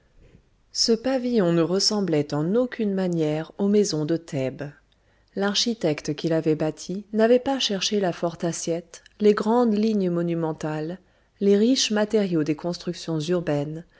ce pavillon ne ressemblait en aucune manière aux maisons de thèbes l'architecte qui l'avait bâti n'avait pas cherché la forte assiette les grandes lignes monumentales les riches matériaux des constructions urbaines